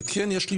וכן יש לי